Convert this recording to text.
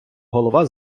голова